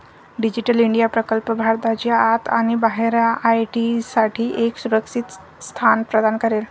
digital India प्रकल्प भारताच्या आत आणि बाहेर आय.टी साठी एक सुरक्षित स्थान प्रदान करेल